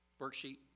worksheet